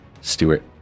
Stewart